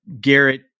Garrett